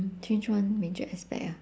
change one major aspect ah